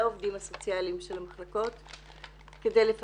עובדים סוציאליים מהצפון שבאים ושוכרים דירה --- אבל הן לא